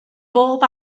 bob